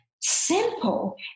simple